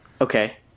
Okay